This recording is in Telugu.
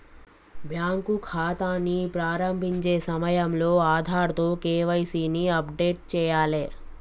బ్యాంకు ఖాతాని ప్రారంభించే సమయంలో ఆధార్తో కేవైసీ ని అప్డేట్ చేయాలే